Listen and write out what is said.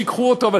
שייקחו אותו,